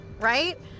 right